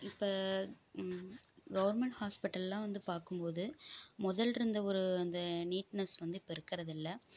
இப்போ ம் கவர்மெண்ட் ஹாஸ்பிட்டல்லாம் வந்து பார்க்கும் போது முதல் இருந்த ஒரு அந்த நீட்னஸ் வந்து இப்போ இருக்கிறது இல்லை